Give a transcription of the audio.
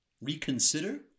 Reconsider